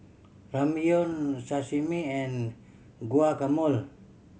Ramyeon Sashimi and Guacamole